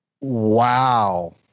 Wow